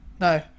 No